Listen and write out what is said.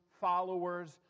followers